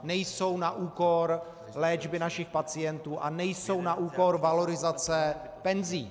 Nejsou na úkor léčby našich pacientů a nejsou na úkor valorizace penzí.